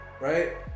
Right